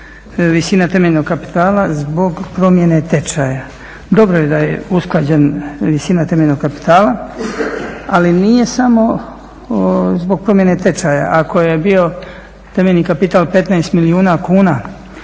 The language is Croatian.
visina temeljnog kapitala zbog promjene tečaja. Dobro je da je usklađena visina temeljnog kapitala, ali nije samo zbog promjene tečaja. Ako je bio temeljni kapital 15 milijuna kuna,